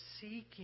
seeking